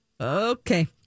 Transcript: okay